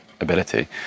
ability